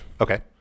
Okay